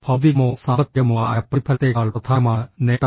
ഭൌതികമോ സാമ്പത്തികമോ ആയ പ്രതിഫലത്തേക്കാൾ പ്രധാനമാണ് നേട്ടം